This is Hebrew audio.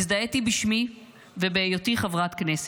הזדהיתי בשמי ובהיותי חברת כנסת.